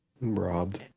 Robbed